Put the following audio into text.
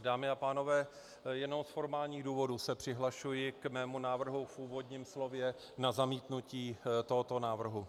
Dámy a pánové, jenom z formálních důvodů se přihlašuji k svému návrhu v úvodním slově na zamítnutí tohoto návrhu.